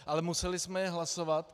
Ale museli jsme je hlasovat.